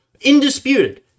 indisputed